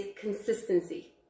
consistency